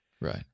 Right